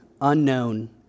unknown